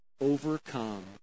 overcome